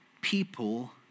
people